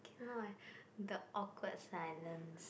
no the awkward silence